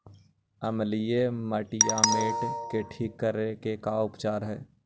अमलिय मटियामेट के ठिक करे के का उपचार है?